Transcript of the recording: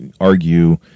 argue